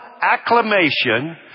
acclamation